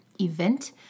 event